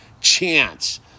chance